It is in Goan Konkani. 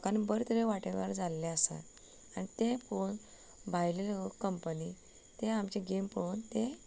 लोकांनी बरे तरेन वांटेकार जाल्ले आसा आनी ते पळोवन भायले लोक कंपनी ते आमचे गेम पळोवन ते